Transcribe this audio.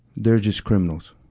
they're just criminals.